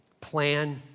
plan